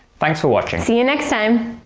thanks for watching! see you next time!